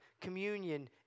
communion